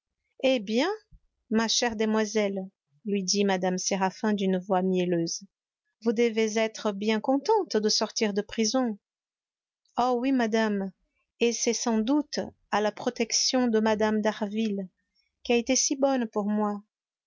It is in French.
eh bien ma chère demoiselle lui dit mme séraphin d'une voix mielleuse vous devez être bien contente de sortir de prison oh oui madame et c'est sans doute à la protection de mme d'harville qui a été si bonne pour moi